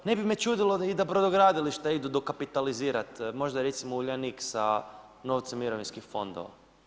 Ne bi me čudilo i da brodogradilišta idu dokapitalizirat, možda recimo Uljanik sa novcem mirovinskih fondova.